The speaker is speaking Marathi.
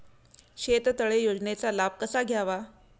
शेततळे योजनेचा लाभ कसा घ्यावा?